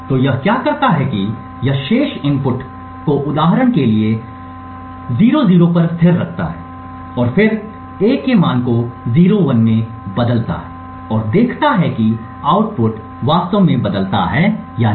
तो यह क्या करता है कि यह शेष इनपुट को उदाहरण के लिए 00 पर स्थिर रखता है और फिर A के मान को 01 में बदलता है और देखता है कि आउटपुट वास्तव में बदलता है या नहीं